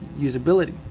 usability